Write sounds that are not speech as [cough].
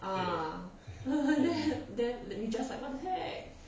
ah [laughs] then then we just like what the heck